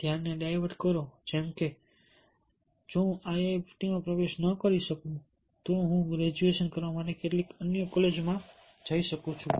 ધ્યેયને ડાયવર્ટ કરો જેમ કે જો હું IITમાં પ્રવેશ ન કરી શકું તો હું ગ્રેજ્યુએશન કરવા માટે કેટલીક અન્ય કોલેજોમાં જઈ શકું છું